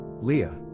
Leah